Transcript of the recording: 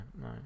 no